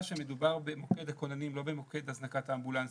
שמדובר במוקד הכוננים ולא במוקד הזנקת האמבולנסים.